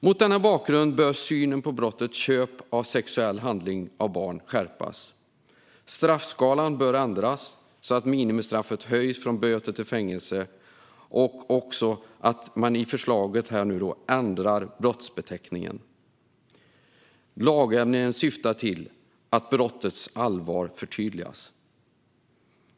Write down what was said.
Mot denna bakgrund bör synen på brottet köp av sexuell handling av barn skärpas. Straffskalan bör ändras så att minimistraffet höjs från böter till fängelse, och i förslaget ändrar man också brottsbeteckningen. Lagändringen syftar till att brottets allvar förtydligas.